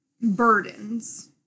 burdens